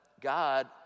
God